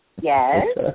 Yes